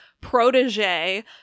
protege